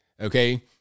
Okay